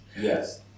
Yes